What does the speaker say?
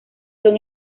son